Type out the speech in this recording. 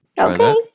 Okay